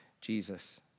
Jesus